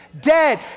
Dead